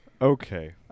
Okay